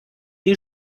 die